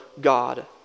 God